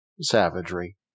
savagery